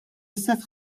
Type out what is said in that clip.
istess